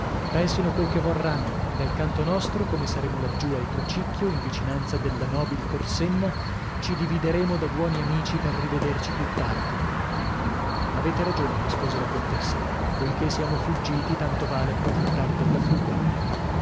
pensino quel che vorranno dal canto nostro come saremo laggiù al crocicchio in vicinanza della nobil corsenna ci divideremo da buoni amici per rivederci più tardi avete ragione rispose la contessa poichè siamo fuggiti tanto vale approfittar della fuga